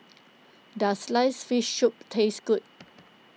does Sliced Fish Soup taste good